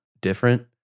different